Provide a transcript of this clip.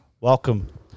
Welcome